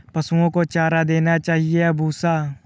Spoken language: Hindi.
पशुओं को चारा देना चाहिए या भूसा?